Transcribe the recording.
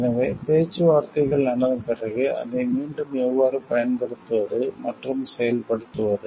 எனவே பேச்சுவார்த்தைகள் நடந்த பிறகு அதை மீண்டும் எவ்வாறு பயன்படுத்துவது மற்றும் செயல்படுத்துவது